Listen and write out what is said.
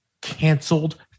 canceled